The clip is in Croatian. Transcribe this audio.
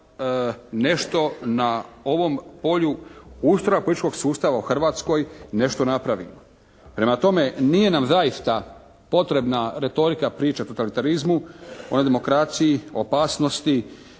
nešto na ovom polju ustroja političkog sustava u Hrvatskoj nešto napravimo. Prema tome nije nam zaista potrebna retorika priče o totalitarizmu, o demokraciji, o opasnosti,